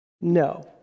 No